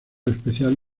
especial